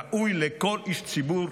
ראוי לכל איש ציבור,